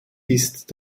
ist